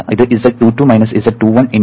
ഇത് z22 z21 z12 z11 Rs ആയി വരും